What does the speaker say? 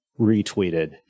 retweeted